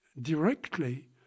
directly